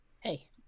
hey